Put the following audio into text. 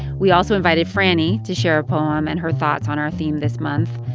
we also invited franny to share a poem and her thoughts on our theme this month.